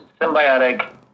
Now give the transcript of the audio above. symbiotic